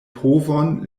povon